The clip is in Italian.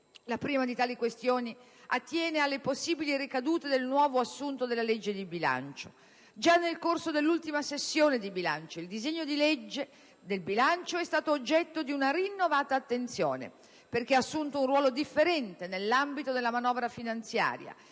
La prima di tali questioni attiene alle possibili ricadute del nuovo ruolo assunto dalla legge di bilancio. Già nel corso dell'ultima sessione di bilancio, il disegno dì legge di bilancio è stato oggetto di una rinnovata attenzione, perché ha assunto un ruolo differente nell'ambito della manovra finanziaria